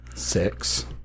Six